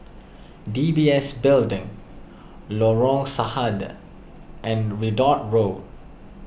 D B S Building Lorong Sahad and Ridout Road